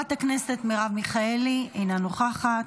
חברת הכנסת מרב מיכאלי, אינה נוכחת,